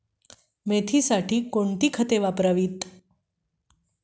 मेथीसाठी कोणती खते वापरावी?